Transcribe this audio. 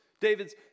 David's